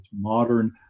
modern